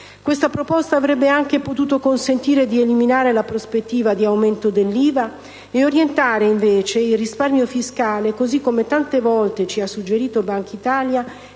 Questa proposta avrebbe anche potuto consentire di eliminare la prospettiva di aumento dell'IVA e orientare invece il risparmio fiscale, così come tante volte ci ha suggerito Bankitalia,